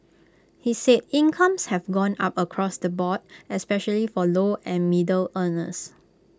he said incomes have gone up across the board especially for low and middle earners